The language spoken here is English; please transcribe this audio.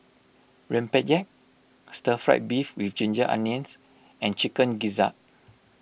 Rempeyek Stir Fried Beef with Ginger Onions and Chicken Gizzard